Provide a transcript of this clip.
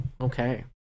Okay